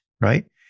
right